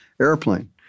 airplane